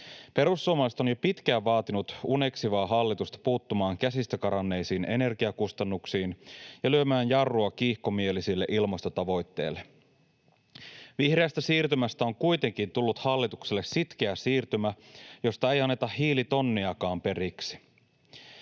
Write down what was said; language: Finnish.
Perussuomalaiset ovat jo pitkään vaatineet uneksivaa hallitusta puuttumaan käsistä karanneisiin energiakustannuksiin ja lyömään jarrua kiihkomielisille ilmastotavoitteille. Vihreästä siirtymästä on kuitenkin tullut hallitukselle ”sitkeä siirtymä”, josta ei anneta hiilitonniakaan periksi.